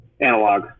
analog